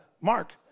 Mark